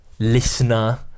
Listener